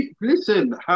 listen